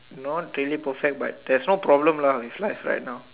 not really perfect but there's no problem lah with life right now